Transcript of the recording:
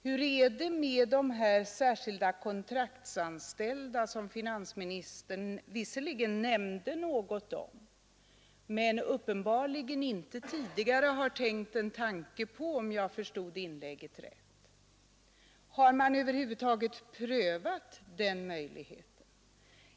Hur är det med de särskilda kontraktsanställda som finansministern visserligen nämnde något om men uppenbarligen inte tidigare har haft en tanke på, om jag förstått inlägget rätt? Har man över huvud taget prövat gheten?